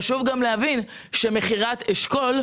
חשוב גם להבין שמכירת אשכול,